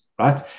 right